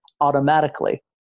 automatically